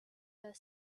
her